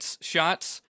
shots